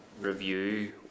review